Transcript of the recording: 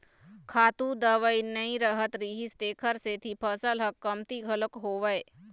खातू दवई नइ रहत रिहिस तेखर सेती फसल ह कमती घलोक होवय